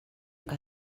que